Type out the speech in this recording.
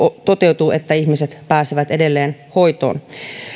toteutuu ja että ihmiset pääsevät edelleen hoitoon